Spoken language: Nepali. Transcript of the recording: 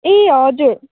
ए हजुर